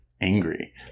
angry